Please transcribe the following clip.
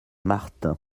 marthe